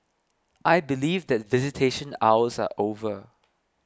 I believe that visitation hours are over